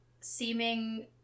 seeming